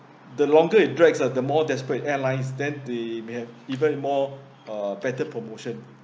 the longer it drags ah the more desperate airlines then they may have even more uh better promotion